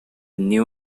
new